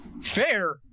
fair